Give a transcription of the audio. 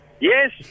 Yes